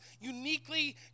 uniquely